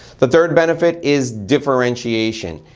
the third benefit is differentiation.